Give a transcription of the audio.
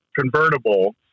convertible